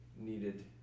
needed